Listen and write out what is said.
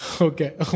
Okay